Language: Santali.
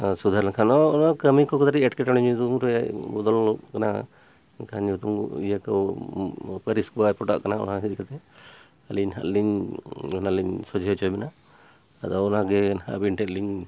ᱥᱩᱫᱷᱟᱹᱨ ᱞᱮᱱᱠᱷᱟᱱ ᱱᱚᱜᱼᱚᱭ ᱠᱟᱹᱢᱤ ᱠᱚ ᱠᱟᱹᱴᱤᱡ ᱮᱴᱠᱮᱴᱚᱬᱮ ᱧᱩᱛᱩᱢ ᱨᱮ ᱵᱚᱫᱚᱞᱚᱜ ᱠᱟᱱᱟ ᱮᱱᱠᱷᱟᱱ ᱧᱩᱛᱩᱢ ᱤᱭᱟᱹ ᱠᱚ ᱯᱟᱹᱨᱤᱥ ᱠᱚ ᱵᱟᱭ ᱯᱚᱴᱟᱜ ᱠᱟᱱᱟ ᱚᱱᱟ ᱤᱫᱤ ᱠᱟᱛᱮᱫ ᱟᱹᱞᱤᱧ ᱱᱟᱦᱟᱜ ᱞᱤᱧ ᱚᱱᱟᱞᱤᱧ ᱥᱚᱡᱷᱮ ᱦᱚᱪᱚᱭᱮᱫ ᱵᱮᱱᱟ ᱟᱫᱚ ᱚᱱᱟᱜᱮ ᱱᱟᱦᱟᱜ ᱟᱹᱵᱤᱱ ᱴᱷᱮᱱ ᱞᱤᱧ